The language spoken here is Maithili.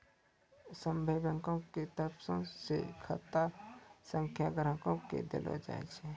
सभ्भे बैंको के तरफो से खाता संख्या ग्राहको के देलो जाय छै